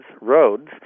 roads